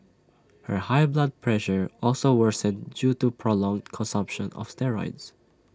her high blood pressure also worsened due to prolonged consumption of steroids